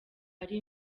ari